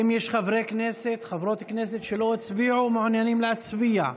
האם יש חברי כנסת וחברות כנסת שלא הצביעו ומעוניינים להצביע?